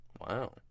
Wow